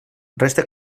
resta